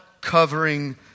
covering